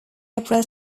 april